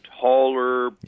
taller